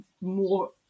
more